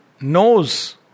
knows